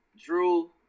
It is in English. Drew